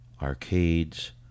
Arcade's